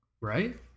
Right